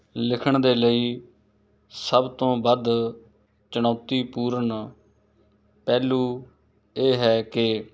ਲਿਖਣ ਦੇ ਲਈ ਸਭ ਤੋਂ ਵੱਧ ਚੁਣੌਤੀਪੂਰਨ ਪਹਿਲੂ ਇਹ ਹੈ ਕਿ